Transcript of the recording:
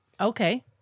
Okay